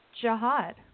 jihad